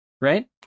Right